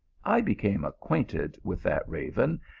i became acquainted with that raven,